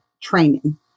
training